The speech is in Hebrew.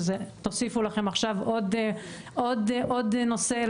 תוסיפו לכם עכשיו עוד נושא,